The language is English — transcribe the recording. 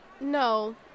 No